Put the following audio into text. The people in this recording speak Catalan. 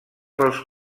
pels